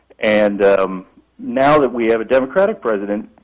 and now that we have a democratic president,